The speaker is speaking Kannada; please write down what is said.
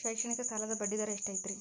ಶೈಕ್ಷಣಿಕ ಸಾಲದ ಬಡ್ಡಿ ದರ ಎಷ್ಟು ಐತ್ರಿ?